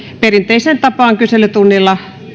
perinteiseen tapaan kyselytunnilla